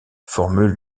formule